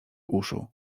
uszu